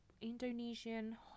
Indonesian